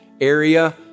area